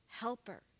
helper